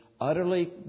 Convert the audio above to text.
utterly